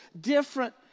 different